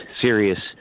serious